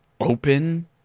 open